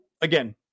again